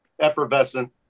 effervescent